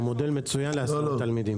הוא מודל מצוין להסעות תלמידים.